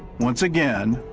once again,